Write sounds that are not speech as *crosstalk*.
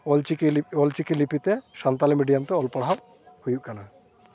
ᱚᱞᱪᱤᱠᱤ *unintelligible* ᱚᱞᱪᱤᱠᱤ ᱞᱤᱯᱤᱛᱮ ᱥᱟᱱᱛᱟᱲᱤ ᱢᱮᱰᱤᱭᱟᱢᱛᱮ ᱚᱞᱼᱯᱟᱲᱦᱟᱣ ᱦᱩᱭᱩᱜ ᱠᱟᱱᱟ